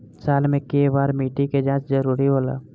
साल में केय बार मिट्टी के जाँच जरूरी होला?